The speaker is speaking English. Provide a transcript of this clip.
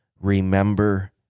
Remember